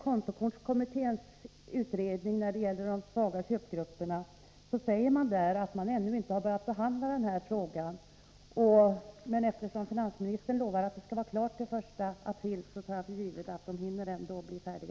Kontokortskommittén säger att man ännu inte börjat behandla frågan om de köpsvaga grupperna, men eftersom finansministern lovar att det hela skall vara klart före den första april tar jag för givet att utredningen hinner bli färdig.